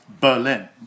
Berlin